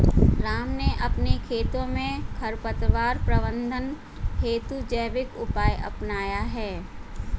राम ने अपने खेतों में खरपतवार प्रबंधन हेतु जैविक उपाय अपनाया है